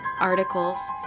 articles